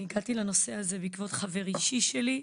אני הגעתי לנושא הזה בעקבות חבר אישי שלי,